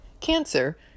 cancer